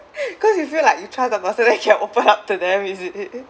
because you feel like you trust the person then you can open up to them is it